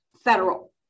federal